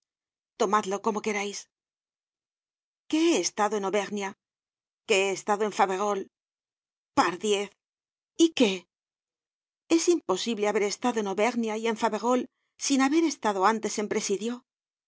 tomadlo como querais que he estado en auvernia que he estado en faverolles pardiez y qué es imposible haber estado en auvernia y en faverolles sin haber estado antes en presidio